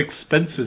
expensive